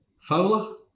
Fowler